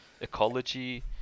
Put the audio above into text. ecology